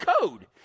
code